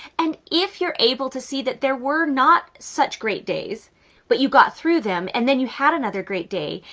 and if you're able to see that there were not such great days but you got through them and then you had another great day,